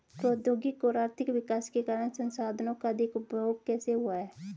प्रौद्योगिक और आर्थिक विकास के कारण संसाधानों का अधिक उपभोग कैसे हुआ है?